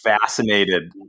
fascinated